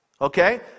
Okay